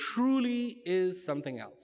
truly is something else